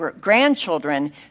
grandchildren